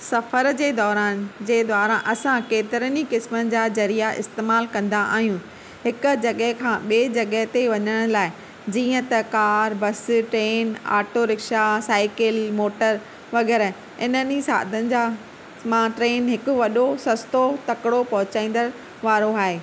सफ़र जे दौरान जे द्वारा असां केतिरनि ई क़िस्मनि जा ज़रिया इस्तेमालु कंदा आहियूं हिक जॻहि खां ॿिए जॻहि ते वञण लाइ जीअं त car bus train auto rickshaw cycle motor वग़ैरह इन्हनि ई साधन जा मां ट्रेन हिकु वॾो सस्तो तकिड़ो पहुचाईंदड़ वारो आहे